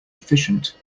efficient